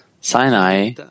Sinai